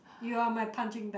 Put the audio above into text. you are my punching bag